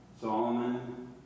Solomon